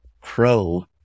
crow